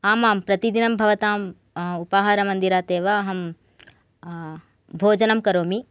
आम् आं प्रतिदिनं भवताम् उपाहारमन्दिरात् एव अहम् भोजनं करोमि